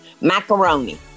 macaroni